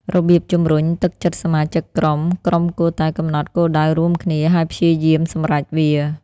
របៀបជំរុញទឹកចិត្តសមាជិកក្រុមក្រុមគួរតែកំណត់គោលដៅរួមគ្នា ហើយព្យាយាមសម្រេចវា។